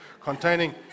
Containing